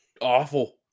Awful